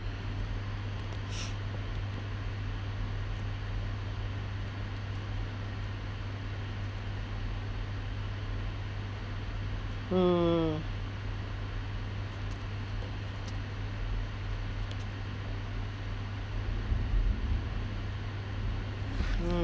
mm mm